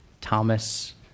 Thomas